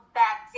back